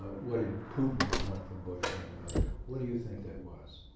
ah what did putin want from bush and america? what do you think that was?